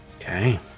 Okay